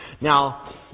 Now